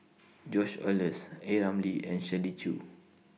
George Oehlers A Ramli and Shirley Chew